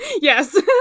Yes